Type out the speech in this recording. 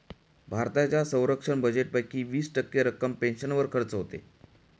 भारताच्या संरक्षण बजेटपैकी वीस टक्के रक्कम पेन्शनवर खर्च होते